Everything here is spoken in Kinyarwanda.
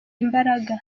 imbaraga